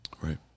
Right